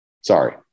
Sorry